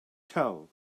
tell